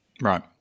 Right